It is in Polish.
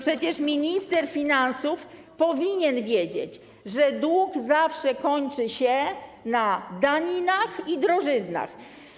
Przecież minister finansów powinien wiedzieć, że dług zawsze kończy się na daninach i drożyznach.